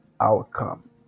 outcome